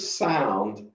sound